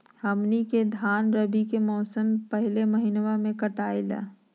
हमनी के धान रवि के मौसम के पहले महिनवा में कटाई ला